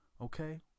Okay